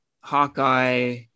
Hawkeye